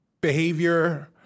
behavior